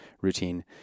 routine